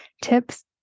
tips